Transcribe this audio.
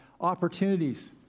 opportunities